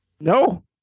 No